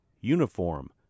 Uniform